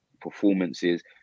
performances